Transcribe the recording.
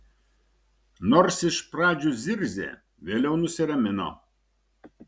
nors iš pradžių zirzė vėliau nusiramino